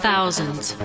Thousands